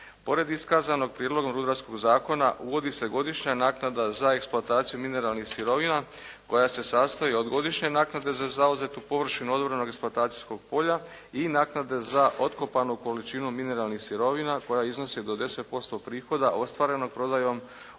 Pored iskazanog Prijedlogom rudarskog zakona uvodi se godišnja naknada za eksploataciju mineralnih sirovina koja se sastoji od godišnje naknade za zauzetu površinu odobrenog eksploatacijskog polja i naknade za otkopanu količinu mineralnih sirovina koja iznosi do 10% prihoda ostvarenom prodajom